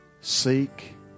seek